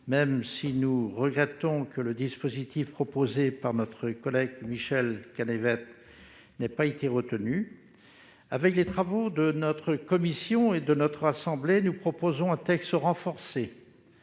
même si nous regrettons que le dispositif suggéré par notre collègue Michel Canévet n'ait pas été retenu. Avec les travaux de notre commission et de notre Haute Assemblée, nous proposons un texte renforcé